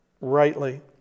rightly